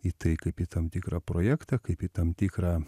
į tai kaip į tam tikrą projektą kaip į tam tikrą